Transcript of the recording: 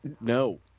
no